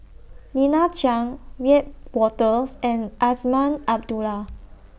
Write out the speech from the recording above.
Lina Chiam Wiebe Wolters and Azman Abdullah